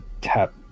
tap